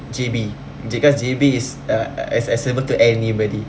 J_B J cause J_B is uh ac~ accessible to anybody